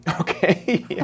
Okay